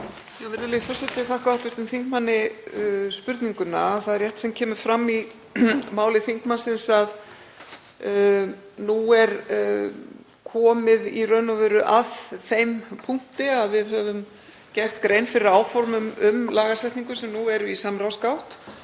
Virðulegi forseti. Ég þakka hv. þingmanni fyrirspurnina. Það er rétt sem kemur fram í máli þingmannsins að nú er komið í raun og veru að þeim punkti að við höfum gert grein fyrir áformum um lagasetningu sem nú eru í samráðsgátt.